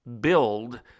build